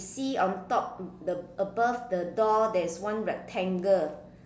see on top the above the door there is one rectangle